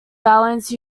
balance